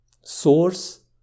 Source